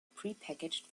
prepackaged